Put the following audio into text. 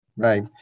Right